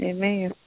Amen